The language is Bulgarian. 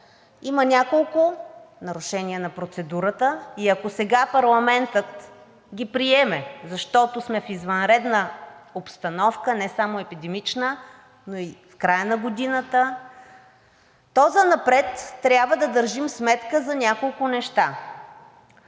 Има няколко нарушения на процедурата и ако сега парламентът ги приеме, защото сме в извънредна обстановка – не само епидемична, но краят на годината, то занапред трябва да държим сметка за няколко неща.